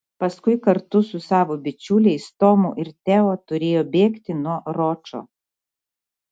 paskui kartu su savo bičiuliais tomu ir teo turėjo bėgti nuo ročo